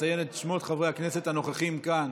אציין את שמות חברי הכנסת הנוכחים כאן